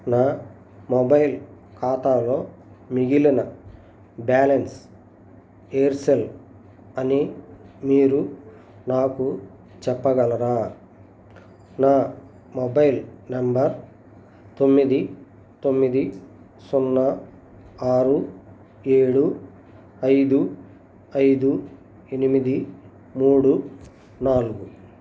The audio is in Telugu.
నా మొబైల్ ఖాతాలో మిగిలిన బ్యాలెన్స్ ఎయిర్సెల్ అని మీరు నాకు చెప్పగలరా నా మొబైల్ నెంబర్ తొమ్మిది తొమ్మిది సున్నా ఆరు ఏడు ఐదు ఐదు ఎనిమిది మూడు నాలుగు